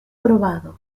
probado